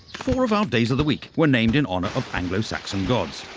four of our days of the week were named in honour of anglo-saxon gods,